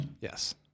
Yes